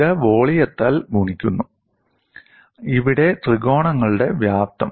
ഇത് വോളിയത്താൽ ഗുണിക്കുന്നു ഇവിടെ ത്രികോണങ്ങളുടെ വ്യാപ്തം